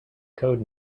code